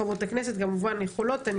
חברות הכנסת כמובן יכולות להצטרף,